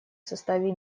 составе